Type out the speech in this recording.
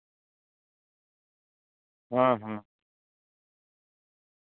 ᱦᱮᱸ ᱦᱮᱸ